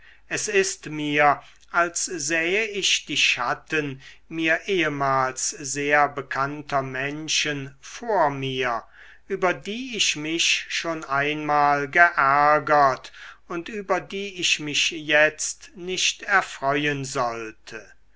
es ist mir als sähe ich die schatten mir ehemals sehr bekannter menschen vor mir über die ich mich schon einmal geärgert und über die ich mich jetzt nicht erfreuen sollte